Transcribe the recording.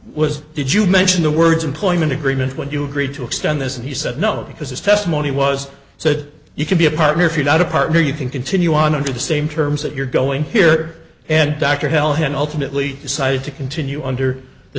was did you mention the words employment agreement when you agreed to extend this and he said no because his testimony was so that you can be a partner if you're not a partner you can continue on into the same terms that you're going here and dr hell had ultimately decided to continue under the